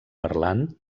parlant